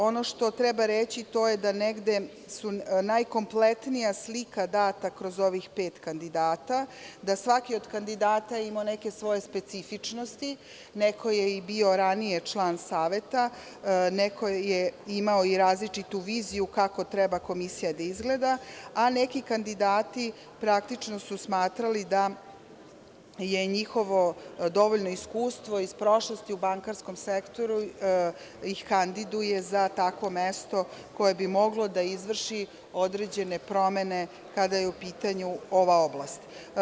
Ono što treba reći to je da je najkompletnija slika data kroz ovih pet kandidata, da svaki od kandidata ima neke svoje specifičnosti, neko je bio i ranije član saveta, neko je imao i različitu viziju kako treba komisija da izgleda, a neki kandidati su smatrali da je njihovo dovoljno iskustvo iz prošlosti u bankarskom sektoru ih kandiduje za takvo mesto koje bi moglo da izvrši određene promene kada je u pitanju ova oblast.